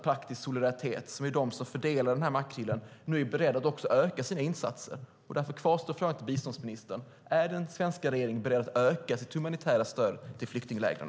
Praktisk Solidaritet, som fördelar makrillen, är nu berett att öka sina insatser. Därför kvarstår frågan till biståndsministern: Är den svenska regeringen beredd att öka sitt humanitära stöd till flyktinglägren?